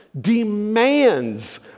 demands